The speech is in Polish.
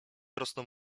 rosną